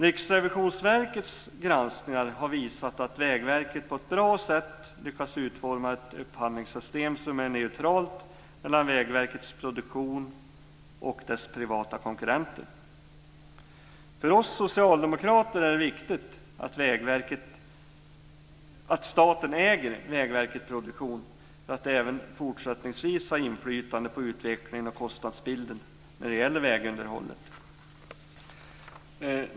Riksrevisionsverkets granskningar har visat att Vägverket på ett bra sätt lyckats utforma ett upphandlingssystem som är neutralt mellan Vägverket Produktion och dess privata konkurrenter. För oss socialdemokrater är det viktigt att staten äger Vägverket Produktion för att även fortsättningsvis ha inflytande på utvecklingen och kostnadsbilden när det gäller vägunderhållet.